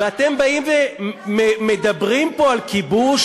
ואתם באים ומדברים פה על כיבוש?